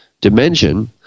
dimension